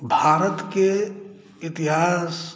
भारतके इतिहास